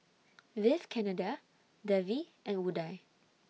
Vivekananda Devi and Udai